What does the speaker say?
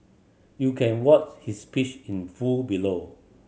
you can watch his speech in full below